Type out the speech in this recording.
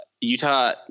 Utah